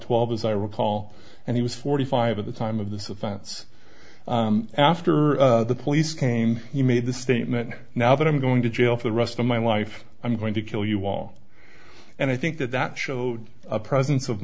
twelve as i recall and he was forty five at the time of this offense after the police came he made the statement now that i'm going to jail for the rest of my life i'm going to kill you all and i think that that showed a presence of